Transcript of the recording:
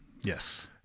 Yes